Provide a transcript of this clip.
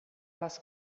les